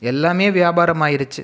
எல்லாமே வியாபாரம் ஆயிடுச்சு